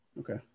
Okay